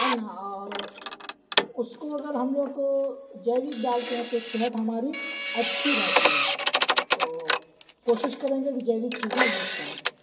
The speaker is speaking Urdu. ہے نا اور اس کو اگر ہم لوگ جیوک ڈالتے ہیں تو صحت ہماری اچھی رہتی ہے تو کوشش کریں گے کہ جیوک چیزیں یوز کریں